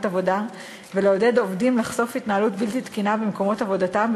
עבודה ולעודד עובדים לחשוף התנהלות בלתי תקינה במקומות עבודתם,